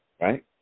right